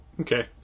Okay